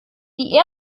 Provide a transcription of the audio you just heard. die